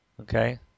Okay